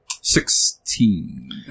Sixteen